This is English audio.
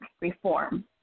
reform